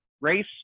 race